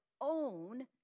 own